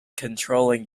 controlling